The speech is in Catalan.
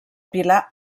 pilar